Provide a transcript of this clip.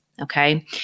okay